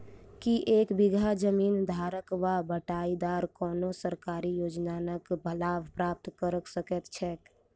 की एक बीघा जमीन धारक वा बटाईदार कोनों सरकारी योजनाक लाभ प्राप्त कऽ सकैत छैक?